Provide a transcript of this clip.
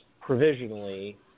provisionally